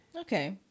Okay